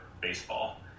baseball